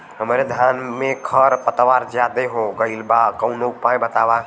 हमरे धान में खर पतवार ज्यादे हो गइल बा कवनो उपाय बतावा?